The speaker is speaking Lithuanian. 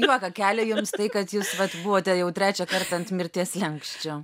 juoką kelia jums tai kad jūs buvote jau trečią kartą ant mirties slenksčio